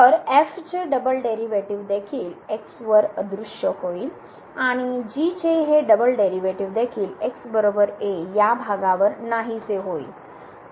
तर चे double derivative देखील x वर अदृश्यहोईल आणि चे हे डबल डेरिव्हेटिव्ह देखील x a या भागावर नाहीसे होईल